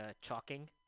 chalking